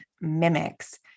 mimics